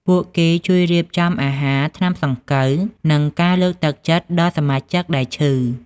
ពួកគេជួយរៀបចំអាហារ ថ្នាំសង្កូវ និងការលើកទឹកចិត្តដល់សមាជិកដែលឈឺ។